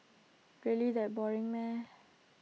really that boring